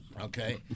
Okay